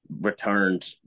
returned